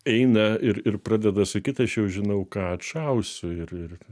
eina ir ir pradeda sakyt aš jau žinau ką atšausiu ir ir